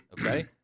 okay